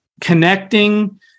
connecting